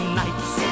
nights